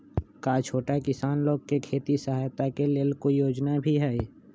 का छोटा किसान लोग के खेती सहायता के लेंल कोई योजना भी हई?